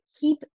keep